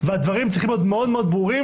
והדברים צריכים להיות מאוד-מאוד ברורים